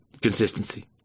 consistency